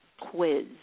quiz